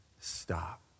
stop